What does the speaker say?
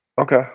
Okay